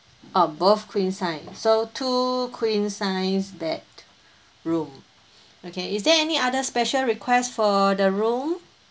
ah both queen sized so two queen sized bed room okay is there any other special requests for the room